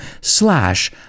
slash